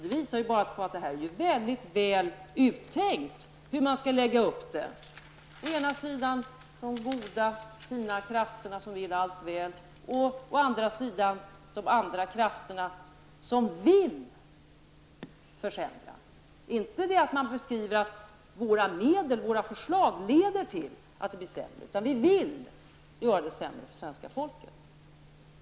Det visar att det är väldigt väl uttänkt hur man skall lägga upp det. Å ena sidan de goda krafterna som vill allt väl och å andra sidan de krafter som vill försämra. Man beskriver det inte så att våra medel och våra förslag leder till att det blir sämre, utan man menar att vi vill göra det sämre för svenska folket.